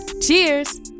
cheers